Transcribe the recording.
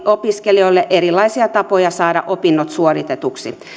opiskelijoille lisää erilaisia tapoja saada opinnot suoritetuksi